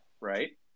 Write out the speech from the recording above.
right